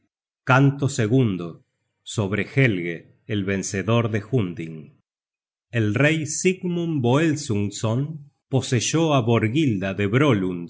lucha sobre helge el vencedor de hunding el rey sigmund voelsungsson poseyó á borghilda de